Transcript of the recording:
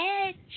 edge